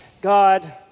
God